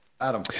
Adam